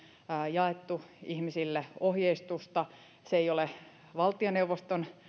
jaettu ihmisille ohjeistusta ei ole valtioneuvoston